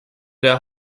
der